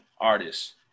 artists